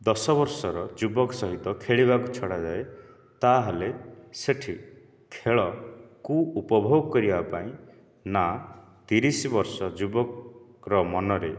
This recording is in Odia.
ଦଶ ବର୍ଷର ଯୁବକ ସହିତ ଖେଳିବାକୁ ଛଡ଼ାଯାଏ ତାହେଲେ ସେଇଠି ଖେଳକୁ ଉପଭୋଗ କରିବା ପାଇଁ ନା ତିରିଶ ବର୍ଷ ଯୁବକର ମନରେ